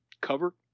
cover